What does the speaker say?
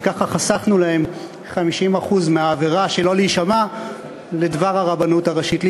וככה חסכנו להם 50% מהעבירה שלא להישמע לדבר הרבנות הראשית לישראל,